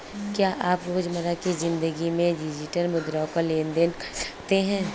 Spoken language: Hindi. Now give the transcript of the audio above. क्या तुम रोजमर्रा की जिंदगी में डिजिटल मुद्राओं का लेन देन कर सकते हो?